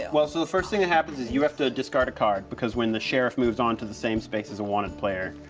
well, so the first thing that happens, is you have to discard a card, because when the sheriff moves onto the same space as a wanted player,